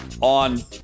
on